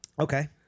Okay